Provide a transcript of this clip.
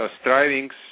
strivings